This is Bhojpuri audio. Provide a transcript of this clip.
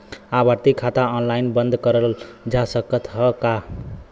आवर्ती खाता ऑनलाइन बन्द करल जा सकत ह का?